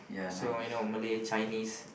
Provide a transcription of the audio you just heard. so you know Malay Chinese